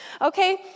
okay